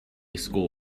school